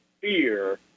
fear